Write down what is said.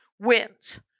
wins